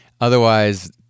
Otherwise